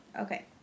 Okay